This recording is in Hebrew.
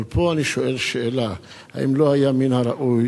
אבל פה אני שואל שאלה: האם לא היה מן הראוי